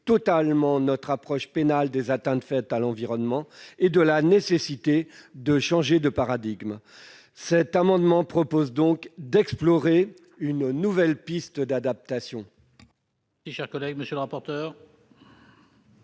totalement notre approche pénale des atteintes à l'environnement et à changer de paradigme. Cet amendement tend donc à explorer une nouvelle piste d'adaptation